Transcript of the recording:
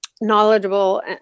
knowledgeable